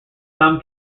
some